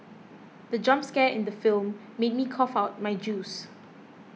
the jump scare in the film made me cough out my juice